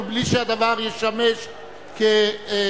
ובלי שהדבר ישמש תקדים,